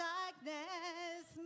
Darkness